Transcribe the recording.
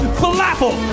falafel